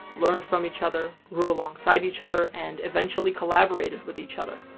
learned from each other, grew alongside each other, and, eventually, collaborated with each other.